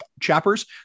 chappers